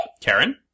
Karen